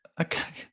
Okay